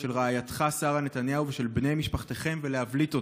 של רעייתך שרה נתניהו ושל בני משפחתכם ולהבליט אותו,